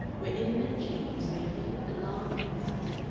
where imminent change was made even alarmingly visible.